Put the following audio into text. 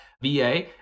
VA